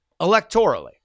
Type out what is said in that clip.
electorally